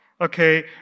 okay